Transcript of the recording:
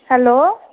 hello